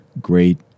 great